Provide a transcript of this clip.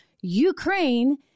Ukraine